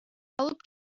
алып